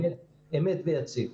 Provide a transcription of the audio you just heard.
אמת ויציב.